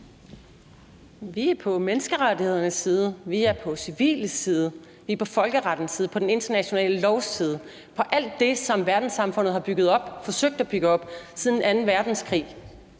Vi er på menneskerettighedernes side. Vi er på civiles side. Vi er på folkerettens side, på den internationale lovs side og på alt det, som verdenssamfundet har forsøgt at bygge op siden anden verdenskrig